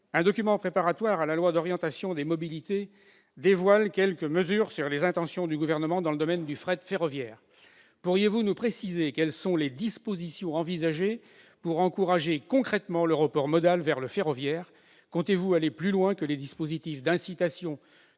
Un document préparatoire à la loi d'orientation sur les mobilités dévoile quelques mesures sur les intentions du Gouvernement dans le domaine du fret ferroviaire. Pourriez-vous nous préciser quelles sont les dispositions envisagées pour encourager concrètement le report modal vers le ferroviaire ? Comptez-vous aller plus loin que les dispositifs d'incitation